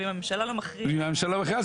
ואם הממשלה לא מכריעה --- אם הממשלה לא מכריעה,